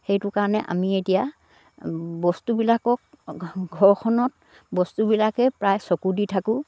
সেইটো কাৰণে আমি এতিয়া বস্তুবিলাকক ঘৰখনত বস্তুবিলাকেই প্ৰায় চকু দি থাকোঁ